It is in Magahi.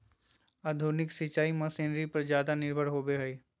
आधुनिक सिंचाई मशीनरी पर ज्यादा निर्भर होबो हइ